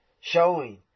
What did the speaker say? showing